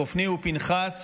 חופני ופינחס,